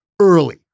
early